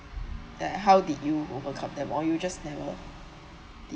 then how did you overcome them or you just never did